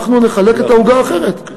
אנחנו נחלק את העוגה אחרת.